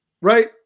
right